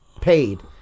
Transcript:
paid